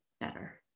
better